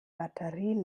batterie